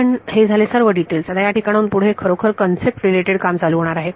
पण हे झाले सर्व डिटेल्स आता या ठिकाणाहून पुढे खरोखर कन्सेप्ट रिलेटेड काम चालू होणार आहे